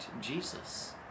Jesus